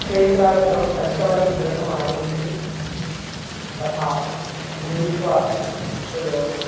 क्षेत्रात् सर्वं सस्यमपि गृहमागमिष्यति तथा मिलित्वा तत्